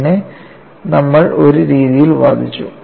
പിന്നെ നമ്മൾ ഒരു രീതിയിൽ വാദിച്ചു